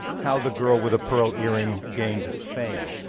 how the girl with a pearl earring gained its fame.